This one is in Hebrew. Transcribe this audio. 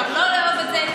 אפשר לא לאהוב את זה,